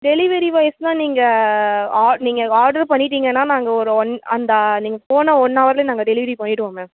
டெலிவரிவைஸ்னா நீங்கள் ஆ நீங்கள் ஆட்ரு பண்ணிட்டீங்கன்னால் நாங்கள் ஒரு ஒன் அந்த நீங்கள் போன ஒன் ஹவரிலே நாங்கள் டெலிவரி பண்ணிவிடுவோம் மேம்